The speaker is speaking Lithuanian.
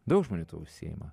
daug žmonių tuo užsiima